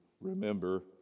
remember